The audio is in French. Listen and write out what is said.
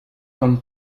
comme